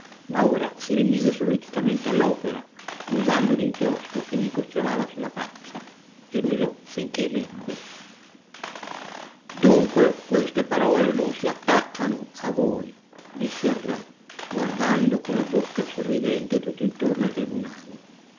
ma ora si rimise sollecitamente all'opera usando l'inchiostro che gli gocciolava sulla faccia e l'usò sinchè n'ebbe dunque queste parole non si attaccano a voi disse il re guardando con la bocca sorridente tutt'intorno al tribunale